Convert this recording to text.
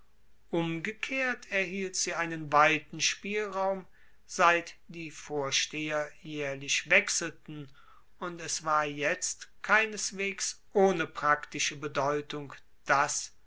umgekehrt erhielt sie einen weiten spielraum seit die vorsteher jaehrlich wechselten und es war jetzt keineswegs ohne praktische bedeutung dass